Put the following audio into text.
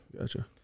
Gotcha